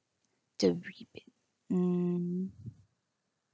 the rebate mm